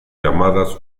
llamadas